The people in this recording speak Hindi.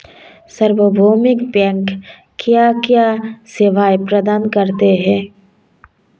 सार्वभौमिक बैंक क्या क्या सेवाएं प्रदान करते हैं?